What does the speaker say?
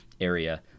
area